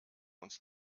uns